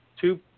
two